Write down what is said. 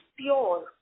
pure